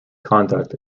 conduct